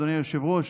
אדוני היושב-ראש,